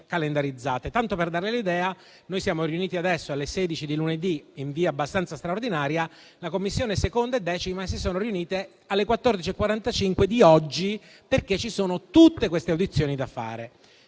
Tanto per dare l'idea, noi siamo riuniti adesso alle ore 16 di lunedì, in via abbastanza straordinaria, mentre le Commissioni 2a e 10a si sono riunite alle ore 14,45 di oggi perché ci sono tutte queste audizioni da fare.